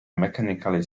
mechanically